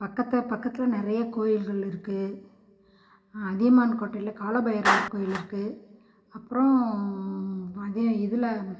பக்கத்துப் பக்கத்தில் நிறைய கோயில்கள் இருக்குது அதியமான் கோட்டையில் கால பைரவர் கோயில் இருக்குது அப்றம் அதே இதில்